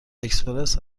اکسپرس